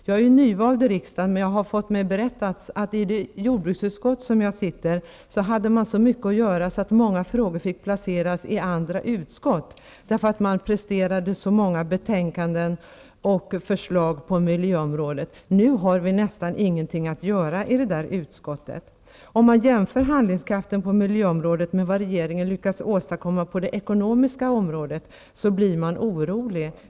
Jag är nyvald i riksdagen, men jag har hört berättas att i det jordbruksutskott, där jag sitter, hade man så mycket att göra att många frågor fick placeras i andra utskott, därför att man presterade betänkanden och förslag i sådan mängd på miljöområdet. Nu har vi nästan ingenting att göra i det här utskottet. Om man jämför den bristande handlingskraften på miljöområdet med vad regeringen har lyckats åstadkomma på det ekonomiska området blir man orolig.